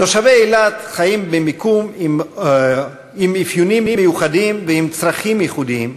תושבי אילת חיים במקום עם מאפיינים מיוחדים ועם צרכים ייחודיים,